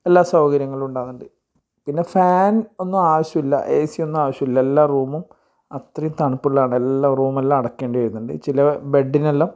എല്ലാ സൗകര്യങ്ങളുണ്ടാകുന്നുണ്ട് പിന്നെ ഫാൻ ഒന്നും ആവശ്യമില്ല ഏ സിയൊന്നും ആവശ്യമില്ല എല്ലാ റൂമും അത്രയും തണുപ്പുള്ളതാണ് എല്ലാ റൂമെല്ലാം അടയ്ക്കേണ്ടി വരുന്നുണ്ട് ചില ബെഡ്ഡിനെല്ലം